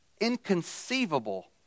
inconceivable